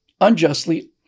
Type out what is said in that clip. unjustly